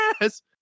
Yes